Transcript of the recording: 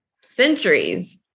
centuries